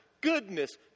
goodness